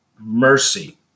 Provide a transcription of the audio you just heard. mercy